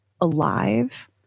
alive